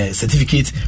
certificate